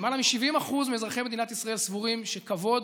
למעלה מ-70% מאזרחי מדינת ישראל סבורים שכבוד,